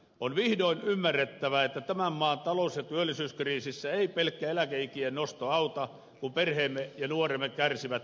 on vihdoin ymmärrettävä että tämän maan talous ja työllisyyskriisissä ei pelkkä eläkeikien nosto auta kun perheemme ja nuoremme kärsivät työn puutteesta